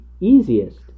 easiest